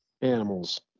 animals